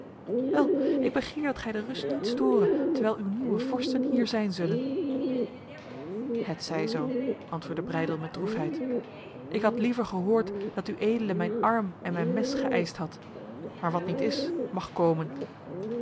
wel ik begeer dat gij de rust niet store terwijl uw nieuwe vorsten hier zijn zullen het zij zo antwoordde breydel met droefheid ik had liever gehoord dat uedele mijn arm en mijn mes geëist had maar wat niet is mag komen